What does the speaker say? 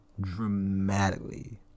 dramatically